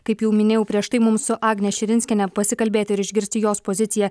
kaip jau minėjau prieš tai mums su agne širinskiene pasikalbėti ir išgirsti jos poziciją